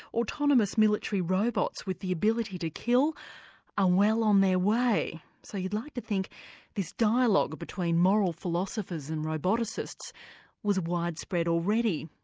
autonomous military robots with the ability to kill are ah well on their way so you'd like to think this dialogue between moral philosophers and roboticists was widespread already.